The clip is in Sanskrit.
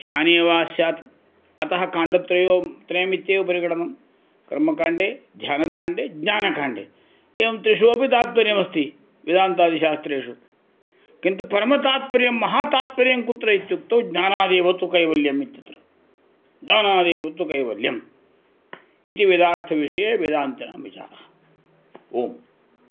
ध्याने वा स्यात् अतः काण्डत्रयो त्रयमित्येव परिगणनं कर्मकाण्डे ध्यानकाण्डे ज्ञानकाण्डे एवं त्रिषु अपि तात्पर्यमस्ति वेदान्तादिशास्त्रेषु किन्तु परमतात्पर्यं महातात्पर्यं कुत्र इत्युक्तौ ज्ञानादेव तु कैवल्यम् इत्यत्र ज्ञानादेव तु कैवल्यम् इति वेदार्थविषये वेदान्तिनां विचारः ओम्